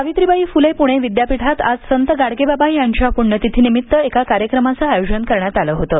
सावित्रीबाई फुले पुणे विद्यापीठात आज संत गाडगेबाबा यांच्या पुण्यतिथीनिमित्त एका कार्यक्रमाचं आयोजन करण्यात आलं होतं